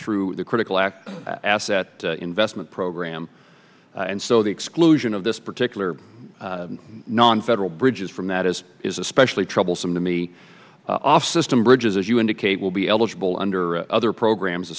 through the critical act asset investment program and so the exclusion of this particular non federal bridges from that is is especially troublesome to me off system bridges as you indicate will be eligible under other programs a